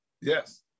Yes